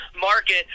market